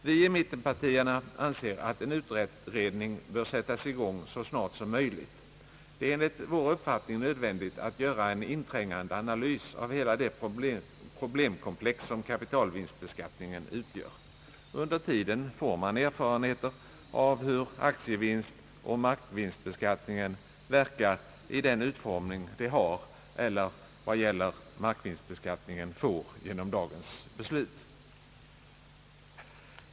Vi i mittenpartierna anser att en utredning bör sättas i gång så snart som möjligt. Det är enligt vår uppfattning nödvändigt att göra en inträngande analys av hela det problemkomplex som kapitalvinstbeskattningen utgör. Under tiden får man erfarenheter av hur aktievinstoch markvinstbeskattningen verkar i den utformning de har, eller — vad gäller markvinstbeskattningen — får genom dagens beslut.